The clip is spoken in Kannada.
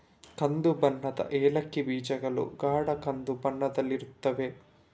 ಕಂದು ಬಣ್ಣದ ಏಲಕ್ಕಿ ಬೀಜಗಳು ಗಾಢ ಕಂದು ಬಣ್ಣದಲ್ಲಿರುತ್ತವೆ